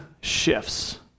shifts